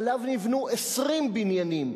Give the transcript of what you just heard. שהוא בבעלות של בעלי קרקע יהודים.